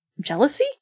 Jealousy